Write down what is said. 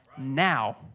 now